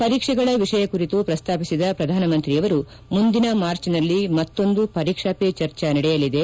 ಪರೀಕ್ಷೆಗಳ ವಿಷಯ ಕುರಿತು ಪ್ರಸ್ತಾಪಿಸಿದ ಪ್ರಧಾನಮಂತ್ರಿ ಅವರು ಮುಂದಿನ ಮಾರ್ಚ್ನಲ್ಲಿ ಮತ್ತೊಂದು ಪರೀಕ್ಷಾ ಪೆ ಚರ್ಚಾ ನಡೆಯಲಿದೆ